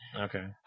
Okay